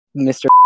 Mr